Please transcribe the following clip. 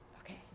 Okay